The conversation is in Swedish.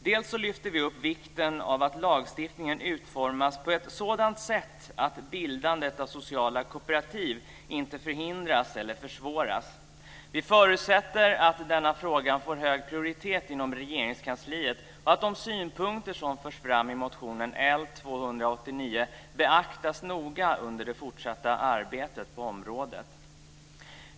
Bl.a. lyfter vi upp vikten av att lagstiftningen utformas på ett sådant sätt att bildandet av sociala kooperativ inte förhindras eller försvåras. Vi förutsätter att denna fråga får hög prioritet inom Regeringskansliet och att de synpunkter som förs fram i motion L289 beaktas noga under det fortsatta arbetet på området.